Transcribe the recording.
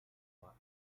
roi